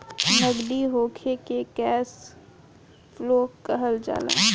नगदी होखे के कैश फ्लो कहल जाला